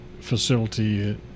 facility